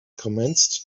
commenced